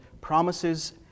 promises